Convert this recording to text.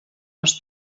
les